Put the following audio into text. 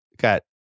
Got